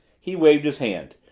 he waved his hand.